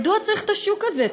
מדוע צריך את השוק הזה?